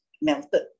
melted